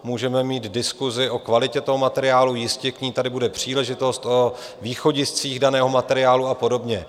Můžeme mít diskusi o kvalitě toho materiálu jistě k ní tady bude příležitost, o východiscích daného materiálu a podobně.